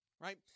Right